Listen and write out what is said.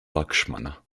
lakshmana